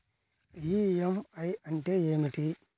EMI అంటే ఏమిటి?